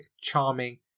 charming